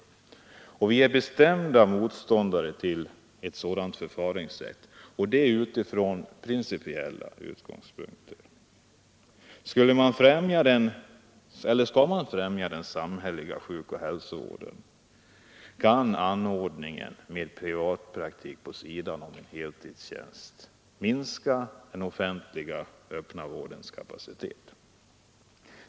Vi är från principiella utgångs Praktiserande läkare punkter bestämda motståndare till ett sådant förfaringssätt. Vill man 2. Mm, främja den samhälleliga sjukoch hälsovården kan man inte acceptera anordningen med privatpraktik vid sidan om heltidstjänst, eftersom denna minskar den offentliga öppna vårdens kapacitet.